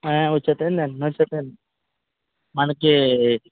వచ్చేస్తారండి వెంటనే వచ్చేస్తారండి మనకి